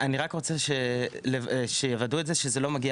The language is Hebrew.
אני רק רוצה שיוודאו את זה שזה לא מגיע